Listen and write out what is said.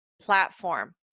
platform